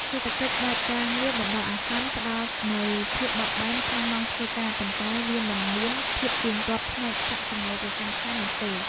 សេដ្ឋកិច្ចបែបការងារបណ្ដោះអាសន្នផ្តល់នូវភាពបត់បែនក្នុងម៉ោងធ្វើការ ប៉ុន្តែវាមិនមានភាពទៀងទាត់ផ្នែកប្រាក់ចំណូលប្រចាំខែនោះទេ។